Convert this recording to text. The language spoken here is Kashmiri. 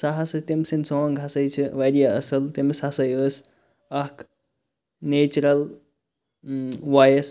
سُہ ہَسا تٔمۍ سٕنٛدۍ سانٛگ ہَسا چھِ واریاہ اصٕل تٔمس ہَسا ٲسۍ اکھ نیچرَل وۄیِس